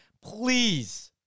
please